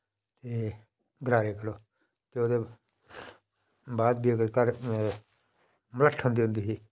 ते गरारे करो ते ओह्दे बाद बी अगर घर मलाट्ठ होंदी हुंदी ही